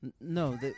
No